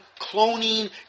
cloning